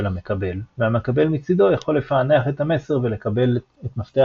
המקבל והמקבל מצידו יכול לפענח את המסר ולקבל את מפתח